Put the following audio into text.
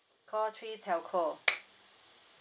call three telco